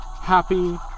happy